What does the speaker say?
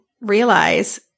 realize